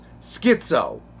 Schizo